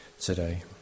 today